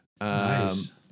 Nice